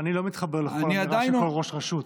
אני לא מתחבר לכל אמירה של כל ראש רשות,